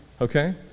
Okay